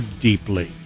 deeply